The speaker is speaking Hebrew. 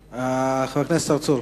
חבר הכנסת צרצור,